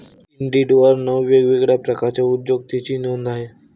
इंडिडवर नऊ वेगवेगळ्या प्रकारच्या उद्योजकतेची नोंद आहे